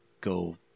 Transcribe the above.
go